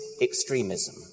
extremism